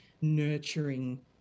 nurturing